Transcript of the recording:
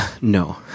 No